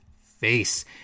face